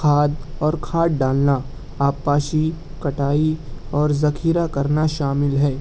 کھاد اور کھاد ڈالنا آب پاشی کٹائی اور ذخیرہ کرنا شامل ہے